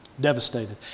Devastated